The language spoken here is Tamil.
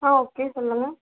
ஆ ஓகே சொல்லுங்க